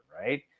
Right